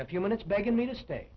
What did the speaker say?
had a few minutes begging me to stay